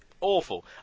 Awful